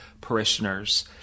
parishioners